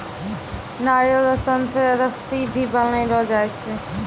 नारियल रो सन से रस्सी भी बनैलो जाय छै